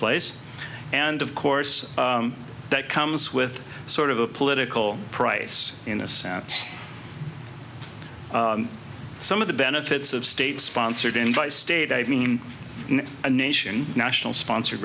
place and of course that comes with sort of a political price in a sense some of the benefits of state sponsored invite state i mean in a nation national sponsored